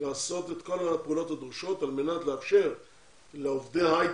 לעשות את כל הפעולות הדרושות על מנת לאפשר לעובדי ההייטק,